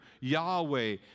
Yahweh